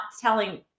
telling